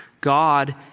God